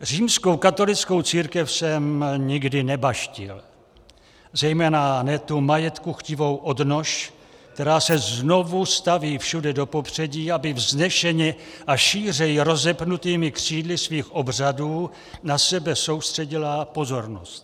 Římskokatolickou církve jsem nikdy nebaštil, zejména ne tu majetkuchtivou odnož, která se znovu staví všude do popředí, aby vznešeně a šířeji rozepnutými křídly svých obřadů na sebe soustředila pozornost.